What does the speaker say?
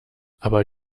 aber